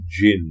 jinn